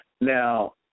Now